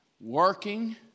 working